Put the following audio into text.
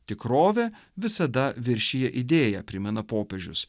tikrovė visada viršija idėją primena popiežius